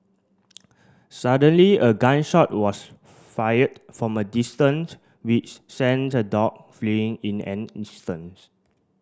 suddenly a gun shot was fired from a distance which sent the dog fleeing in an instants